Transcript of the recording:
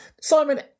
Simon